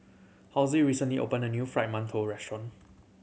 recently opened a new Fried Mantou restaurant